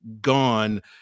gone